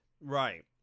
Right